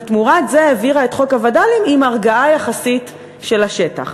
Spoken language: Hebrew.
ותמורת זה העבירה את חוק הווד"לים עם הרגעה יחסית של השטח.